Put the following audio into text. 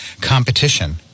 competition